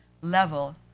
level